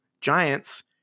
Giants